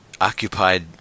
occupied